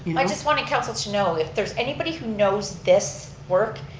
you know i just wanted council to know if there's anybody who knows this work,